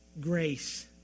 Grace